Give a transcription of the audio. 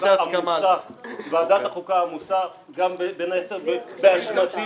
ועדת החוקה עמוסה, בין היתר באשמתי,